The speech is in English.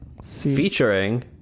Featuring